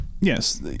Yes